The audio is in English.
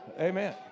Amen